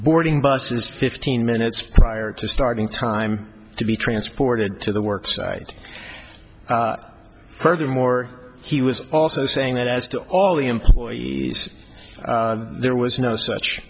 boarding buses fifteen minutes prior to starting time to be transported to the work site furthermore he was also saying that as to all employees there was no such